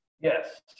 Yes